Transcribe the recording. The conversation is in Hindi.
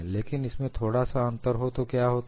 लेकिन इसमें थोड़ा सा अंतर हो तो क्या होता है